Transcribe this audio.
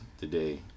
today